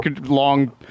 long